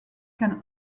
can